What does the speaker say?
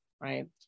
right